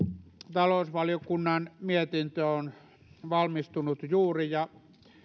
talousvaliokunnan mietintö on valmistunut juuri ja